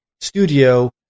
studio